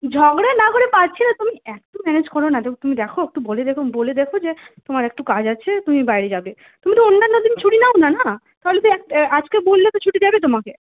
ঝগড়া না করে পারছি না তুমি একটু ম্যানেজ করো না গো তুমি দেখো একটু বলে দেখো বলে দেখো যে তোমার একটু কাজ আছে তুমি বাইরে যাবে তুমি তো অন্যান্য দিন ছুটি নাও না না তাহলে আজকে বললেও তো ছুটি দেবে তোমাকে